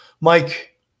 Mike